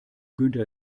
günther